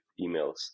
emails